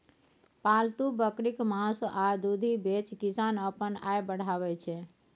पालतु बकरीक मासु आ दुधि बेचि किसान अपन आय बढ़ाबै छै